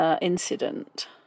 incident